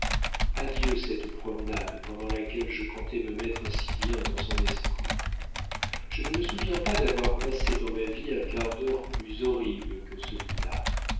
adieu cette promenade pendant laquelle je comptais me mettre si bien dans son esprit je ne me souviens pas d'avoir passé dans ma vie un quart d'heure plus horrible que celui-là